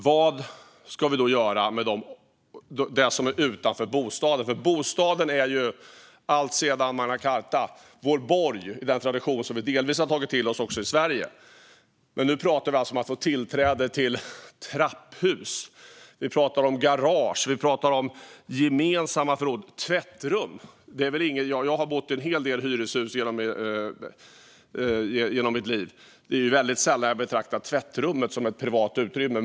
Vad ska vi då göra med det som är utanför bostaden? Bostaden är ju vår borg alltsedan Magna Charta, i den tradition som vi delvis tagit till oss också i Sverige. Men nu pratar vi om tillträde till trapphus. Vi pratar om garage. Vi pratar om gemensamma förråd och tvättrum. Jag har bott i en hel del hyreshus genom mitt liv och väldigt sällan betraktat tvättrummet som ett privat utrymme.